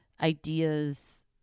ideas